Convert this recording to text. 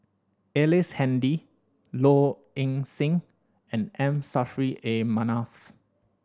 Ellice Handy Low Ing Sing and M Saffri A Manaf